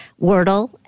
Wordle